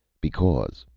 because,